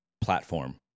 platform